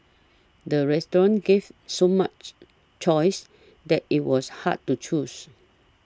the restaurant gave so much choices that it was hard to choose